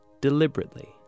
deliberately